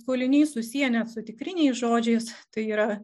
skoliniai susiję net su tikriniais žodžiais tai yra